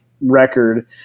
record